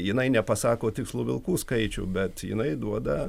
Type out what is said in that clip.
jinai nepasako tikslų vilkų skaičių bet jinai duoda